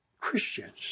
Christians